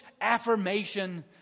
affirmation